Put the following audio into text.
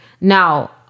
now